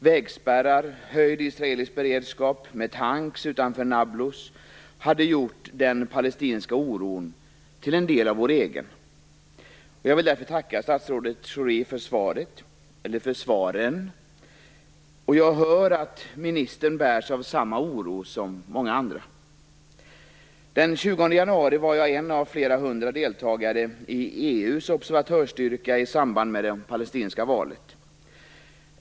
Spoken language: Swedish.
Vägspärrar och höjd israelisk beredskap med tankar utanför Nãbulus hade gjort den palestinska oron till en del av vår egen. Jag vill tacka statsrådet Schori för svaren. Jag hör att ministern hyser samma oro som många andra. Den 20 januari var jag en av flera hundra deltagare i EU:s observatörsstyrka i samband med det palestinska valet.